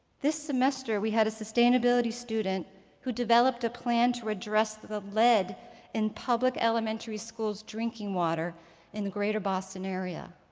this semester, we had a sustainability student who developed a plan to address the lead in public elementary schools' drinking water in the greater boston area.